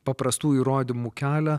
paprastų įrodymų kelią